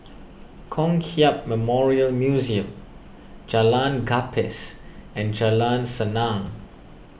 Kong Hiap Memorial Museum Jalan Gapis and Jalan Senang